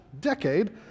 decade